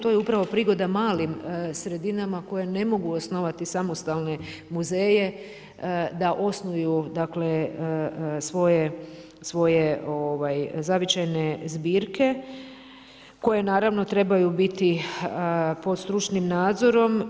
To je upravo prigoda malim sredinama koje ne mogu osnovati samostalne muzeje da osnuju svoje zavičajne zbirke koje naravno trebaju biti pod stručnim nadzorom.